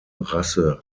rasse